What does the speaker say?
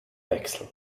wechsel